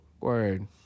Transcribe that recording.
Word